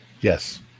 Yes